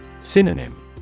Synonym